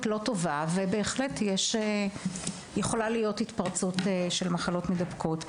לא טובה ובהחלט יכולה להיות התפרצות של מחלות מידבקות.